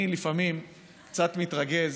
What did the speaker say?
אני לפעמים קצת מתרגז